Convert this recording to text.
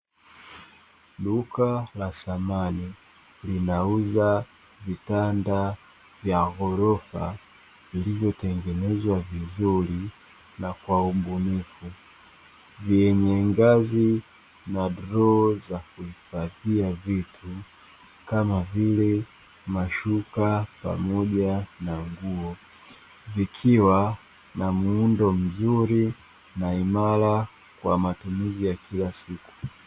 Duka la samani linauza vitanda vya ghorofa viliyotengenezwa vizuri na kwa ubunifu, vyenye ngazi na droo za kuhifadhia vitu kama vile mashuka pamoja na nguo, vikiwa na muundo mzuri na imara kwa matumizi ya kila siku.